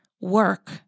work